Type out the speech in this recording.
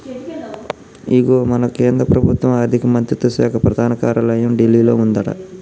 ఇగో మన కేంద్ర ప్రభుత్వ ఆర్థిక మంత్రిత్వ శాఖ ప్రధాన కార్యాలయం ఢిల్లీలో ఉందట